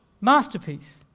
Masterpiece